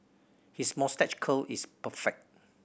his moustache curl is perfect